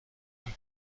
این